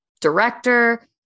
director